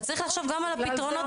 אז צריך לחשוב גם על הפתרונות האלה.